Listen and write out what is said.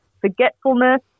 forgetfulness